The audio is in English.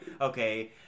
okay